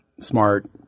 smart